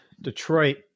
Detroit